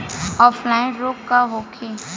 Offline रोग का होखे?